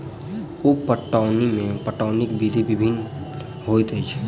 उप पटौनी मे पटौनीक विधि भिन्न होइत अछि